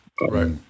right